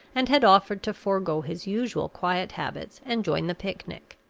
and had offered to forego his usual quiet habits and join the picnic.